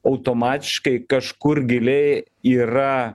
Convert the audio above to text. automatiškai kažkur giliai yra